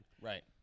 right